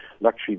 luxury